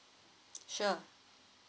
sure